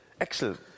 Excellent